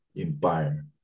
Empire